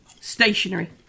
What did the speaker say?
stationary